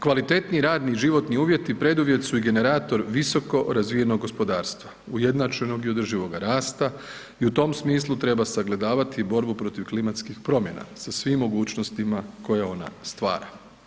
Kvalitetni radni i životni uvjeti preduvjet su i generator visoko razvijenog gospodarstva, ujednačenog i održivoga rasta i u tom smislu treba sagledavati i borbu protiv klimatskih promjena sa svim mogućnostima koje ona stvara.